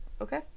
Okay